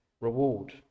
reward